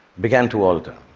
began to alter.